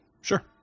Sure